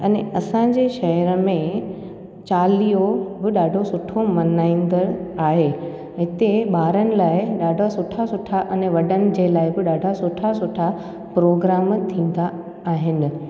अने असांजे शहर में चालीहो बि ॾाढो सुठो मल्हाईंदड़ आहे हिते ॿारनि लाइ ॾाढा सुठा सुठा अने वॾनि जे लाइ बि ॾाढा सुठा सुठा प्रोग्राम थींदा आहिनि